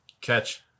Catch